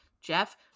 Jeff